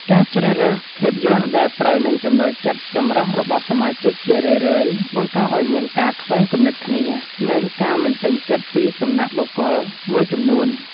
ការជ្រើសរើសភាពយន្តដែលត្រូវនឹងចំណូលចិត្តចម្រុះរបស់សមាជិក ជារឿយៗបង្កឱ្យមានការខ្វែងគំនិតគ្នា និងការមិនពេញចិត្តពីសំណាក់បុគ្គលមួយចំនួន។